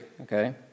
okay